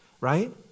right